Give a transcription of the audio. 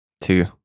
Two